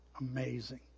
Amazing